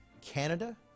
Canada